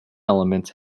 elements